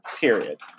Period